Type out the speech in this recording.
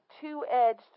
two-edged